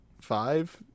five